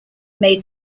made